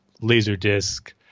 Laserdisc